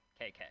KK